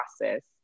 process